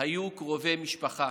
היו קרובי משפחה.